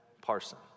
parson